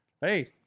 Hey